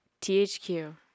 THQ